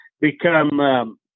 become